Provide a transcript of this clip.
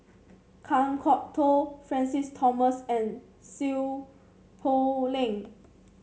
Kan Kwok Toh Francis Thomas and Seow Poh Leng